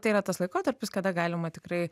tai yra tas laikotarpis kada galima tikrai